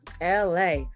LA